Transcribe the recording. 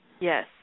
Yes